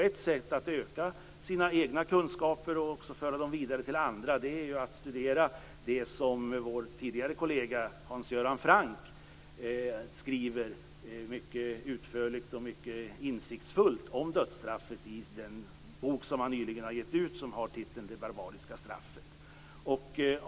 Ett sätt att öka sina egna kunskaper och att också föra dem vidare till andra är att studera det som vår tidigare kollega, Hans Göran Franck, mycket utförligt och insiktsfullt skriver om dödsstraffet i den bok som han nyligen gett ut och som har titeln Det barbariska straffet.